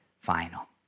final